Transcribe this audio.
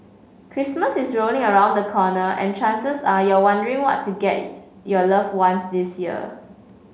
Christmas is rolling around the corner and chances are you wondering what to get your loved ones this year